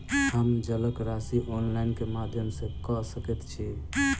हम जलक राशि ऑनलाइन केँ माध्यम सँ कऽ सकैत छी?